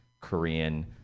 Korean